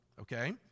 Okay